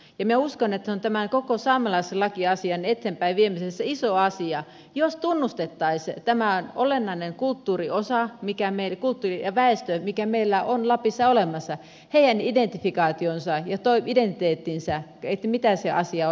minä uskon että se olisi tämän koko saamelaisen lakiasian eteenpäinviemisessä iso asia jos tunnustettaisiin tämä olennainen kulttuuriosa kulttuuri ja väestö mikä meillä on lapissa olemassa heidän identifikaationsa ja identiteettinsä mitä se asia on olemassa